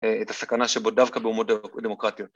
‫את הסכנה שבו דווקא באומות דמוקרטיות.